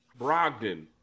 Brogdon